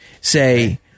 Say